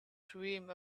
dream